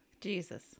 jesus